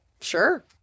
Sure